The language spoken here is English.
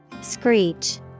Screech